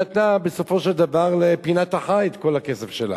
והיא נתנה בסופו של דבר לפינת החי את כל הכסף שלה.